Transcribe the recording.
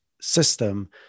system